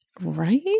Right